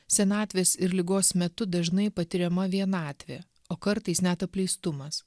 senatvės ir ligos metu dažnai patiriama vienatvė o kartais net apleistumas